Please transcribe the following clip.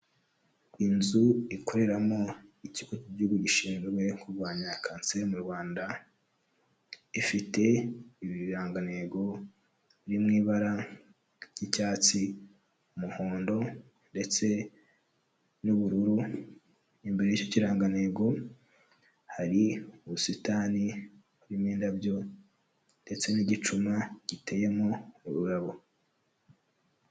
Inzu ikoreramo ikigo cy'igihugu gishinzwe kurwanya kanseri mu Rwanda, ifite ibirangantego biri mu ibara ry'icyatsi, umuhondo ndetse n'ubururu, imbere y'icyo kirangantego hari ubusitani burimo indabyo ndetse n'igicuma giteyemo ururabo.